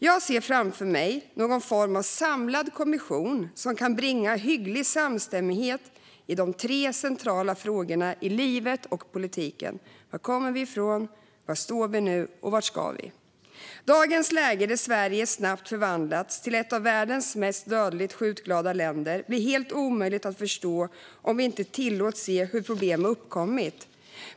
Jag ser framför mig någon form av samlande kommission som kan bringa hygglig samstämmighet i de tre centrala frågorna i livet och politiken: Var kommer vi ifrån? Var står vi nu? Vart ska vi? Dagens läge där Sverige snabbt förvandlats till ett av världens mest dödligt skjutglada länder blir helt omöjligt att förstå om vi inte tillåts se hur problemen har uppkommit.